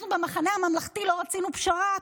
אנחנו במחנה הממלכתי לא רצינו פשרה?